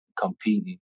competing